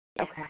okay